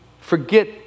forget